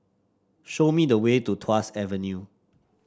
show me the way to Tuas Avenue